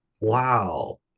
wow